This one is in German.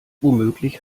womöglich